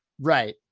Right